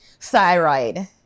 Thyroid